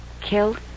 killed